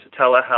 telehealth